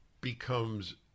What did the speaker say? becomes